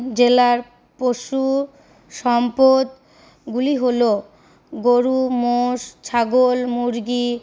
জেলার পশু সম্পদগুলি হল গরু মোষ ছাগল মুরগি